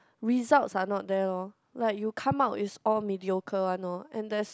result are not there loh like you come out is all mediocre one loh and that's